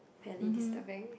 fairly disturbing